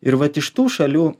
ir vat iš tų šalių